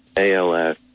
ALS